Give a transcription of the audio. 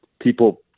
people